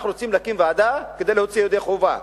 אנחנו רוצים להקים ועדה כדי לצאת ידי חובה,